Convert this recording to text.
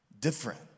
different